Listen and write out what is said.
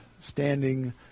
standing